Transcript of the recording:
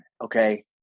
okay